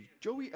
Joey